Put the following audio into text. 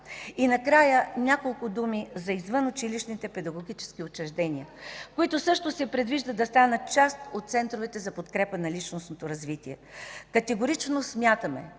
Накрая няколко думи за извънучилищните педагогически учреждения. За тях също се предвижда да станат част от центровете за подкрепа на личностното развитие. Категорично смятаме,